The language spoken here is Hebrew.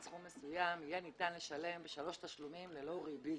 סכום מסוים יהיה ניתן לשלם בשלושה תשלומים ללא ריבית.